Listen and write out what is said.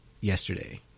yesterday